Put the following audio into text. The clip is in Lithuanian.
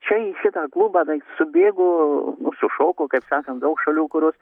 čia į šitą klubą tai subėgo sušoko kaip sakant daug šalių kurios